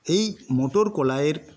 এই মটর কলাইয়ের